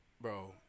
bro